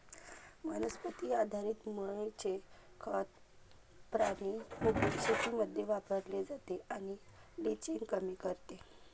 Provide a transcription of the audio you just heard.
वनस्पती आधारित मूळचे खत प्राणी मुक्त शेतीमध्ये वापरले जाते आणि लिचिंग कमी करते